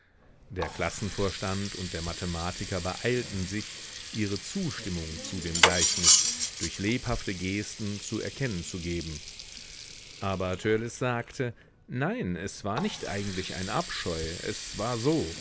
der klassenvorstand und der mathematiker beeilten sich ihre zustimmung zu dem gleichnis durch lebhafte gesten zu erkennen zu geben aber törleß sagte nein es war nicht eigentlich ein abscheu es war so